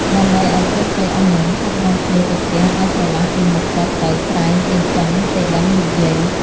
ដើម្បីឲ្យស្រីៗ អស់ហ្នឹង ឆាប់នាំគ្នាទៅផ្ទះឲ្យស្រឡះពីមុខ គាត់ទៅ ក្រែងអីចឹងទេដឹងលោកយាយ?។